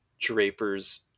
Draper's